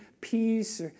peace